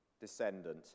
descendant